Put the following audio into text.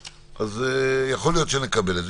יכול להיות שנקבל אותה,